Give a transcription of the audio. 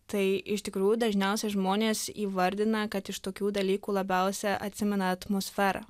tai iš tikrųjų dažniausiai žmonės įvardina kad iš tokių dalykų labiausia atsimena atmosferą